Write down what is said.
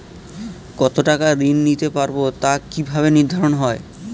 কতো টাকা ঋণ নিতে পারবো তা কি ভাবে নির্ধারণ হয়?